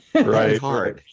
Right